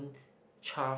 char